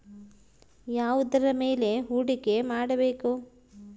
ಯಾವುದರ ಮೇಲೆ ಹೂಡಿಕೆ ಮಾಡಬೇಕು?